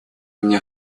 мне